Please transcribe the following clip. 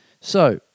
So-